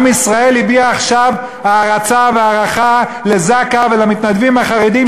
עם ישראל הביע עכשיו הערצה והערכה לזק"א ולמתנדבים החרדים,